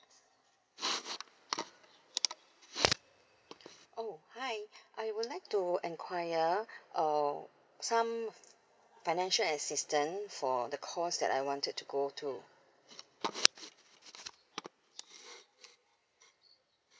oh hi I would like to enquire uh some financial assistance for the course that I wanted to go to